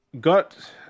got